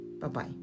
Bye-bye